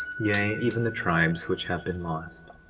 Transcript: yea, even the tribes which have been lost,